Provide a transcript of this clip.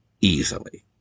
easily